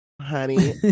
honey